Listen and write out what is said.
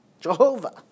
Jehovah